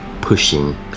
pushing